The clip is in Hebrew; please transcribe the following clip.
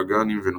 פגנים ונוצרים.